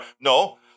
no